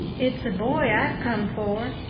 it's a boy i've come for.